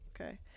Okay